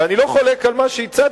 ואני לא חולק על מה שהצעת,